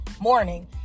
morning